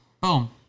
Boom